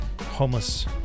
homeless